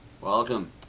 Welcome